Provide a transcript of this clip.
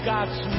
God's